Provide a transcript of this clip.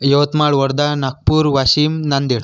Yavatmal Wardha Nagpur Washim Nanded